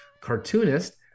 Cartoonist